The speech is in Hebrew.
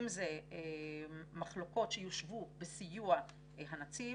אם אלה מחלוקות שיושבו בסיוע הנציב.